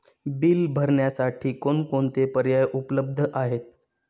Bill भरण्यासाठी कोणकोणते पर्याय उपलब्ध आहेत?